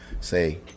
say